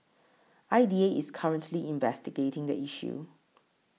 I D A is currently investigating the issue